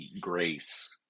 grace